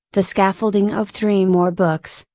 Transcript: the scaffolding of three more books,